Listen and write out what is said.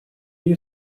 you